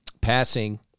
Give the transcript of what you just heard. passing